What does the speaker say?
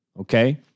Okay